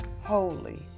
holy